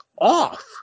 off